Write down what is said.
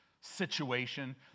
situation